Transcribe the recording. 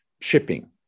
shipping